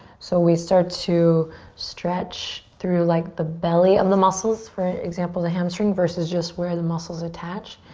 so we start to stretch through like the belly of the muscles, for example, the hamstring versus just where the muscles attach.